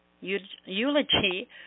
eulogy